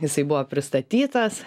jisai buvo pristatytas